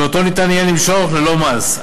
שאותו ניתן יהיה למשוך ללא מס.